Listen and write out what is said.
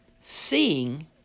seeing